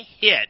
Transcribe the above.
hit